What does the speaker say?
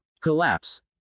Collapse